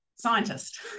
scientist